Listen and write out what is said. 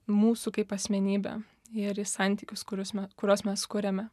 mūsų kaip asmenybę ir į santykius kuriuos me kuriuos mes kuriame